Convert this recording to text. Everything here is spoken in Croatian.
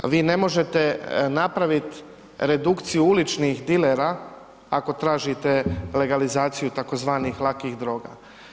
Vi ne možete napravit redukciju uličnih dilera ako tražite legalizaciju tzv. lakih droga.